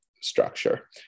structure